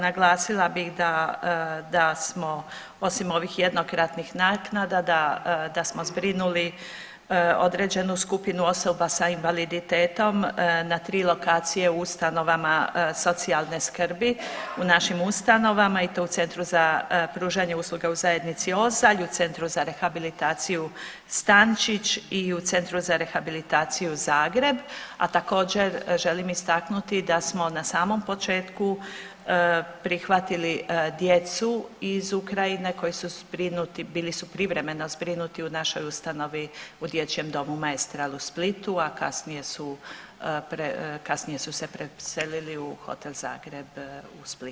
Naglasila bih da smo osim ovih jednokratnih naknada da smo zbrinuli određenu skupinu osoba sa invaliditetom na tri lokacijama u ustanovama socijalne skrbi u našim ustanovama i to u Centru za pružanje usluge u zajednici Ozalj, u Centru za rehabilitaciju Stančić i u Centru za rehabilitaciju Zagreb, a također želim istaknuti da smo na samom početku prihvatili djecu iz Ukrajine koji su zbrinuti, bili su privremeno zbrinuti u našoj ustanovi u Dječjem domu Maestral u Splitu, a kasnije su se preselili u Hotel Zagreb u Splitu također.